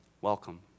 welcome